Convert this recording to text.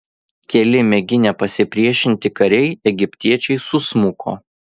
keli mėginę pasipriešinti kariai egiptiečiai susmuko